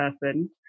person